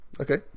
okay